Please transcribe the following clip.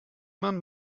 man